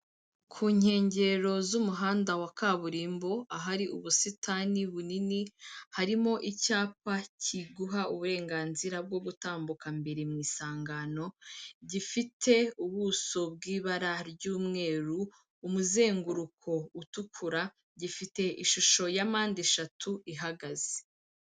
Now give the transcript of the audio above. Ku nkengero z'umuhanda wa kaburimbo ahari ubusitani bunini, harimo icyapa kiguha uburenganzira bwo gutambuka mbere mu isangano, gifite ubuso bw'ibara ry'umweru, umuzenguruko utukura, gifite ishusho ya mpande eshatu ihagaze.